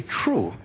true